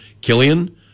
Killian